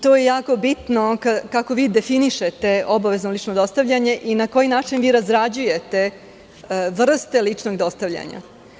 To je jako bitno kako vi definišete obavezno lično dostavljanje i na koji način vi razrađujete vrste ličnog dostavljanja.